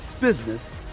business